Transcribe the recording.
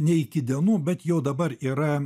ne iki dienų bet jau dabar yra